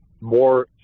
more